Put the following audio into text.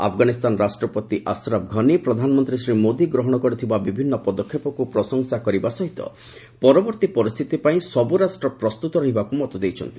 ଆଫନାଗିସ୍ତାନ ରାଷ୍ଟ୍ରପତି ଅଶ୍ରପ୍ ଘନି ପ୍ରଧାନମନ୍ତ୍ରୀ ଶ୍ରୀ ମୋଦି ଗ୍ରହଣ କରିଥିବା ବିଭିନ୍ନ ପଦକ୍ଷେପକୁ ପ୍ରଶଂସା କରିବା ସହ ପରବର୍ତ୍ତୀ ପରିସ୍ଥିତି ପାଇଁ ସବୁ ରାଷ୍ଟ୍ର ପ୍ରସ୍ତୁତ ରହିବାକୁ ମତ ଦେଇଛନ୍ତି